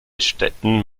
städten